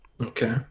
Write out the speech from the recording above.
Okay